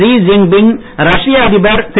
G Jinping ரஷ்ய அதிபர் திரு